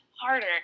harder